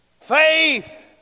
Faith